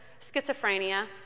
schizophrenia